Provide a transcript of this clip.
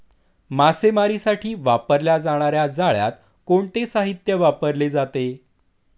मासेमारीसाठी वापरल्या जाणार्या जाळ्यात कोणते साहित्य वापरले जाते?